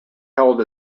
held